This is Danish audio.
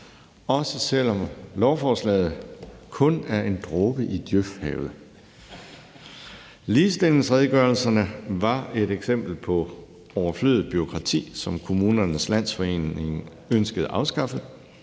også selv om lovforslaget kun er en dråbe i djøfhavet . Ligestillingsredegørelserne var et eksempel på overflødigt bureaukrati, som Kommunernes Landsforening ønskede afskaffet,